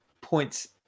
points